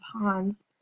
ponds